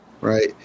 right